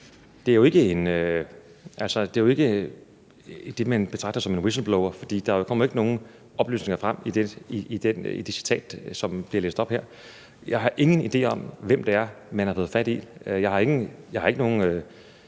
Det er jo ikke det, man betragter som en whistleblower, for der kommer ikke nogen oplysninger frem i det citat, som bliver læst op her. Jeg har ingen idé om, hvem det er, man har fået fat i. Jeg har ikke nogen